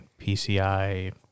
PCI